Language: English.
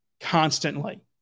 constantly